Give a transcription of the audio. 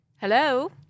Hello